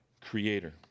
creator